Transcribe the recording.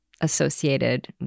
associated